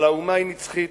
אבל האומה היא נצחית,